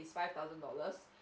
five thousand dollars